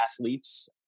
athletes